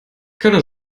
keine